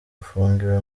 afungiwe